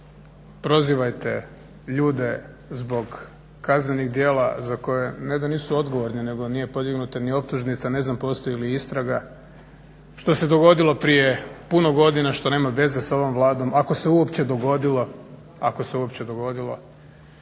prozivajte ljude zbog kaznenih djela za koja ne da nisu odgovorni nego nije podignuta ni optužnica, ne znam postoji li istraga što se dogodilo prije puno godina, što nema veze s ovom vladom, ako se uopće dogodilo. Ja sad neću na